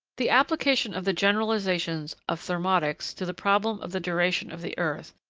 the application of the generalisations of thermotics to the problem of the duration of the earth,